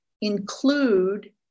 include